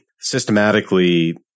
systematically